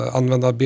använda